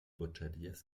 bogeries